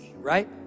right